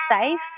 safe